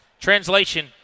Translation